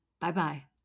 Bye-bye